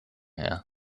her